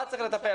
בה צריך לטפל.